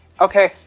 Okay